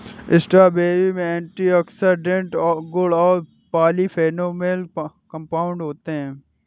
strawberry में antioxidant गुण और पॉलीफेनोल कंपाउंड होते हैं